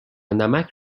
نمک